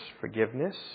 forgiveness